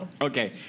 Okay